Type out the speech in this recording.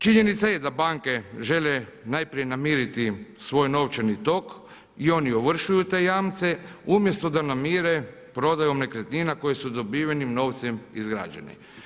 Činjenica je da banke žele najprije namiriti svoj novčani tok i oni ovršuju te jamce, umjesto da namire prodajom nekretnina koje su dobivenim novcem izgrađene.